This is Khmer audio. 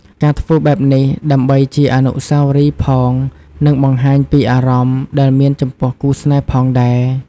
ការធ្វើបែបនេះដើម្បីជាអនុស្សាវរីយ៍ផងនិងបង្ហាញពីអារម្មណ៍ ដែលមានចំពោះគូរស្នេហ៍ផងដែរ។